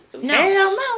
No